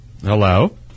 Hello